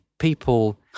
People